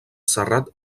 serrat